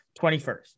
21st